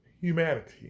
humanity